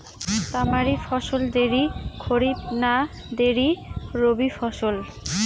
তামারি ফসল দেরী খরিফ না দেরী রবি ফসল?